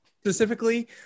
specifically